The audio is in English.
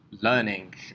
learning